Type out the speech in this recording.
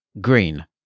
Green